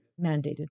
mandated